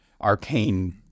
arcane